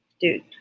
dude